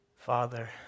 Father